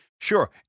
Sure